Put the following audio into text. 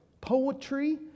poetry